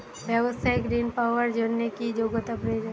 ব্যবসায়িক ঋণ পাওয়ার জন্যে কি যোগ্যতা প্রয়োজন?